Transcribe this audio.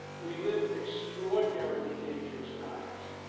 we live in extraordinarily dangerous times.